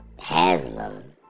Haslam